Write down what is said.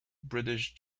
british